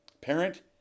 Parent